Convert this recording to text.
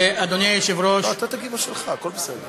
אדוני היושב-ראש, אורן.